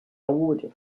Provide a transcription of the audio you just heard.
awarded